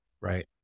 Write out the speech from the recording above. right